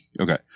Okay